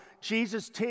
Jesus